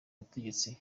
butegetsi